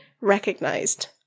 recognized